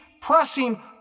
pressing